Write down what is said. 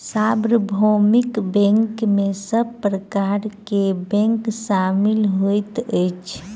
सार्वभौमिक बैंक में सब प्रकार के बैंक शामिल होइत अछि